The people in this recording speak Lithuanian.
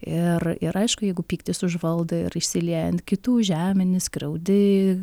ir ir aišku jeigu pyktis užvaldo ir išsilieja ant kitų žemini skriaudi